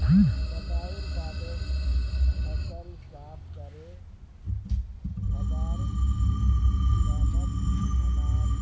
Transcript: कटाईर बादे फसल साफ करे खाबार कामत अनाल